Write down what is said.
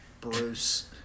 Bruce